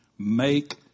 Make